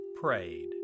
prayed